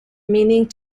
meaning